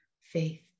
faith